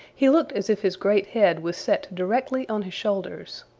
he looked as if his great head was set directly on his shoulders.